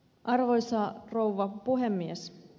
arvoisa rouva puhemies